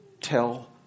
Tell